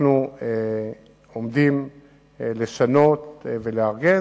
אנחנו עומדים לשנות ולארגן.